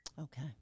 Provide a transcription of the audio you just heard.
Okay